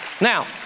Now